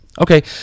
Okay